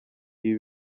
ibi